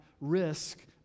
risk